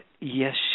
Yes